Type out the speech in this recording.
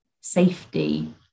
safety